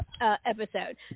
episode